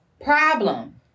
problem